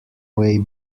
way